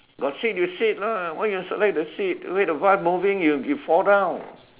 got seat you seat lah why you select the seat wait the bus moving you you fall down